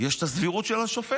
יש את הסבירות של השופט,